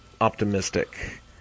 optimistic